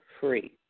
free